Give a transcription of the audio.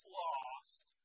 lost